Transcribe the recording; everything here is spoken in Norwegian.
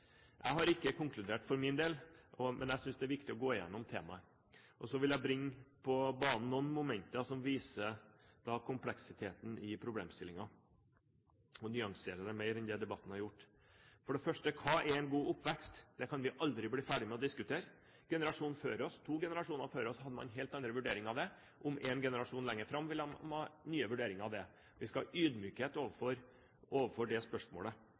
Jeg har ikke konkludert for min del, men jeg synes det er viktig å gå gjennom temaet. Og så vil jeg bringe på banen noen momenter som viser kompleksiteten i problemstillingen, og nyansere mer enn det debatten har gjort. For det første: Hva er en god oppvekst? Det kan vi aldri bli ferdig med å diskutere. Generasjonen før oss, ja, to generasjoner før oss, hadde helt andre vurderinger av det. Og én generasjon lenger fram vil man ha nye vurderinger av det. Vi skal ha ydmykhet overfor det spørsmålet.